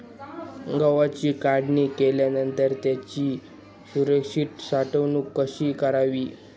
गव्हाची काढणी केल्यानंतर त्याची सुरक्षित साठवणूक कशी करावी?